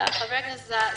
חבר הכנסת סעדי,